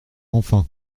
enfin